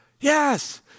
Yes